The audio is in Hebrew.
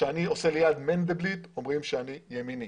כשאני מפזר ליד מנדלבליט אומרים שאני ימני.